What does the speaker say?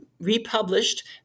republished